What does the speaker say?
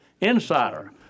insider